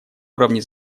уровни